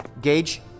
Gage